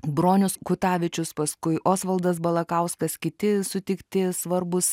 bronius kutavičius paskui osvaldas balakauskas kiti sutikti svarbūs